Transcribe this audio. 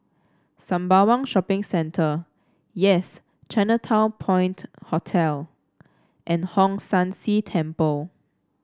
Sembawang Shopping Centre Yes Chinatown Point Hotel and Hong San See Temple